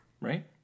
Right